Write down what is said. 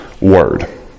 word